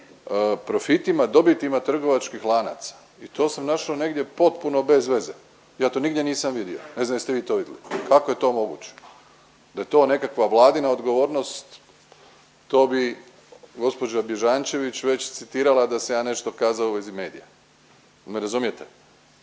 profitima, dobitima trgovačkih lanaca i to sam našao negdje potpuno bez veze, ja to nigdje nisam vidio. Ne znam jeste vi to vidjeli? Kako je to moguće? Da je to nekakva vladina odgovornost to bi gospođa Bježančević već citirala da sam ja nešto kazao u vezi medija, jel me razumijete?